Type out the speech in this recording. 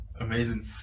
amazing